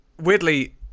weirdly